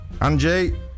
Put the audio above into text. Angie